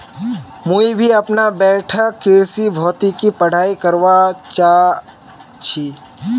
मुई भी अपना बैठक कृषि भौतिकी पढ़ाई करवा चा छी